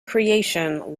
creation